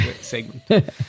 segment